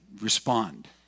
respond